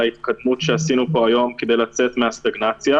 ההתקדמות שעשינו פה היום כדי לצאת מהסטגנציה.